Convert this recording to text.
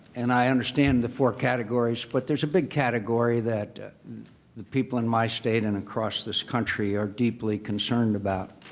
and i understand the four categories, but there's a big category that the people in my state and across this country, are deeply concerned about,